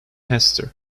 hester